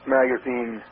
magazine